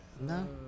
No